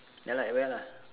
ya lah at where lah